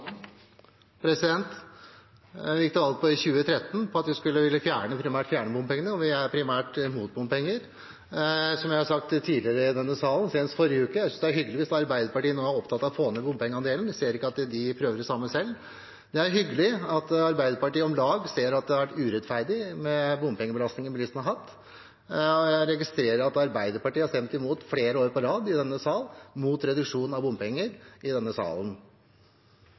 gikk til valg i 2013 på at vi ville fjerne bompengene, og vi er primært imot bompenger. Som jeg har sagt tidligere i denne salen, senest i forrige uke, synes jeg det er hyggelig hvis Arbeiderpartiet nå er opptatt av å få ned bompengeandelen. Jeg ser ikke at de prøver det samme selv. Det er hyggelig at Arbeiderpartiet ser at den bompengebelastningen bilistene har hatt, har vært urettferdig. Jeg registrerer at Arbeiderpartiet flere år på rad i denne salen har stemt imot reduksjon av bompenger. Senterpartiet minner om at regjeringen i